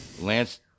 Lance